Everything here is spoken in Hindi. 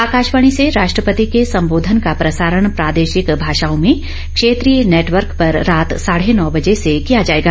आकाशवाणी से राष्ट्रपति के संबोधन का प्रसारण प्रादेशिक भाषाओं में क्षेत्रीय नेटवर्क पर रात साढे नौ बजे से किया जायेगा